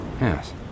Yes